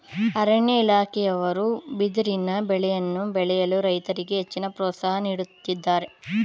ಅರಣ್ಯ ಇಲಾಖೆಯವರು ಬಿದಿರಿನ ಬೆಳೆಯನ್ನು ಬೆಳೆಯಲು ರೈತರಿಗೆ ಹೆಚ್ಚಿನ ಪ್ರೋತ್ಸಾಹ ನೀಡುತ್ತಿದ್ದಾರೆ